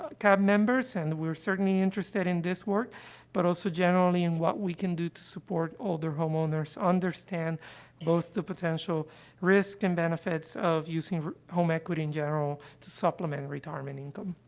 cab members, and we're certainly interested in this work but also generally in what we can do to support older homeowners, understand both the potential risks and benefits of using home equity in general to supplement a retirement income.